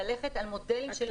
ללכת על מודלים של עיר בטוחה.